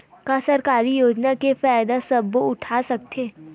का सरकारी योजना के फ़ायदा सबो उठा सकथे?